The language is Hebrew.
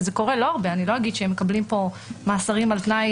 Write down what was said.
נניח מאסר על תנאי,